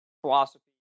philosophy